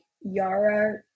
Yara